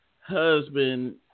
Husband